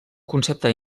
concepte